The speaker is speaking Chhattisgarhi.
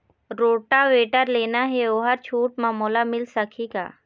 रोटावेटर लेना हे ओहर छूट म मोला मिल सकही का?